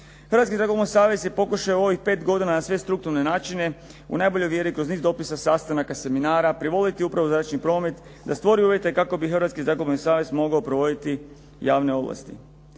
Hrvatski zrakoplovni savez je pokušao u ovih 5 godina na sve strukturne načine u najboljoj vjeri kroz niz dopisa, sastanaka, seminara, privoliti Upravu za zračni promet da stvori uvjete kako bi Hrvatski zrakoplovni savez mogao provoditi javne ovlasti.